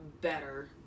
better